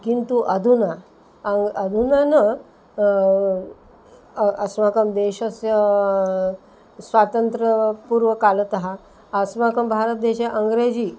किन्तु अधुना अङ्ग् अधुना न अस्माकं देशस्य स्वातन्त्र्यपूर्वकालतः अस्माकं भारतदेशे अङ्ग्रेजी